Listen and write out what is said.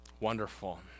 wonderful